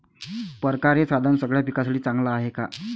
परकारं हे साधन सगळ्या पिकासाठी चांगलं हाये का?